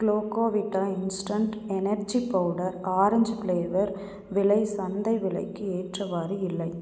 Glucovita instant energy powder orange flavour விலை சந்தை விலைக்கு ஏற்றவாறு இல்லை